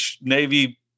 Navy